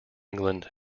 england